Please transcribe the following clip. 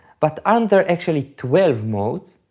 but aren't there actually twelve modes?